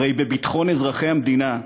הרי בביטחון אזרחי המדינה,